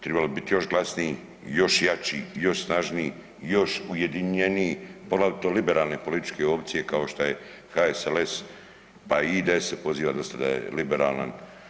Trebali bi biti još glasniji, i još jači, i još snažniji i još ujedinjeniji poglavito liberalne političke opcije kao što je HSLS, pa i IDS se poziva dosta da je liberalan.